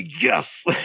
yes